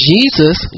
Jesus